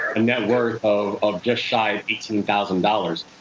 a net worth of of just shy of eighteen thousand dollars,